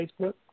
Facebook